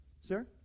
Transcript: sir